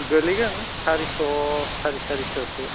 गोग्लैगोन सारिस' साराइ सारिस'सो